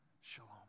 shalom